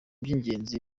by’ingenzi